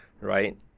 right